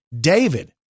David